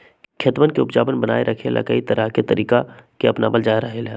खेतवन के उपजाऊपन बनाए रखे ला, कई तरह के तरीका के अपनावल जा रहले है